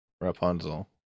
Rapunzel